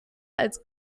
als